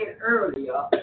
earlier